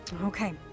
Okay